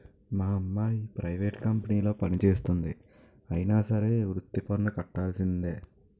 మా అమ్మాయి ప్రైవేట్ కంపెనీలో పనిచేస్తంది అయినా సరే వృత్తి పన్ను కట్టవలిసిందే